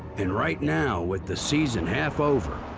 and right now, with the season half over,